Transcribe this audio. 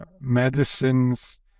medicines